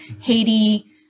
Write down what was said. Haiti